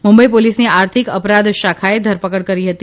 મુંબઈ પોલીસની આર્થિક અપરાધ શાખાએ ધરપકડ કરી હતી